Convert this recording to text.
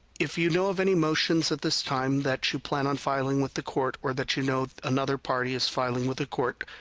if you know of any motions at this time that you plan on filing with the court, or that you know another party is filing with the court,